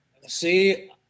See